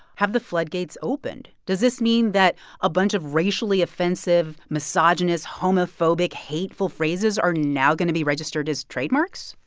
have the floodgates opened? does this mean that a bunch of racially offensive, misogynist, homophobic, hateful phrases are now going to be registered as trademarks?